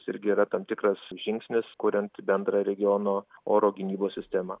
irgi yra tam tikras žingsnis kuriant bendrą regiono oro gynybos sistemą